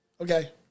Okay